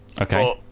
okay